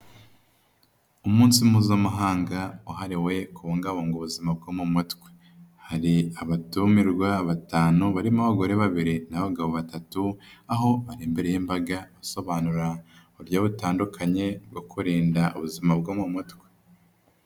Umunsi mpuzamahanga wahariwe kubungabunga ubuzima bwo mu mutwe, hari abatumirwa batanu barimo abagore babiri n'abagabo batatu aho bari imbere y'imbaga basobanura uburyo butandukanye bwo kurinda ubuzima bwo mu mutwe.